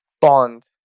bond